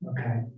Okay